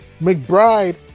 McBride